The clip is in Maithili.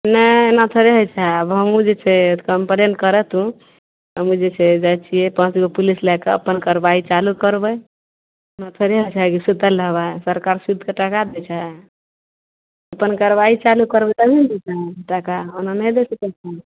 नइ एना थोड़े हइ छै आब हमहुँ जे छै कम्प्लेन करऽ तू हमहुँ जे छै जाइ छियै पाँच गो पुलिस लए कऽ अपन कारवाइ चालू करबय एना थोड़े होइ छै कि सुतल रहबय सरकार सुतिकऽ टाका दै छै अपन कारवाइ चालू करबय तभिये ने देतय टाका ओना नहि दै छै सरकार